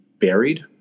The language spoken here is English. buried